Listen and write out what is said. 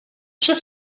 chef